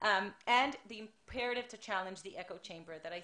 זה המקום שאנחנו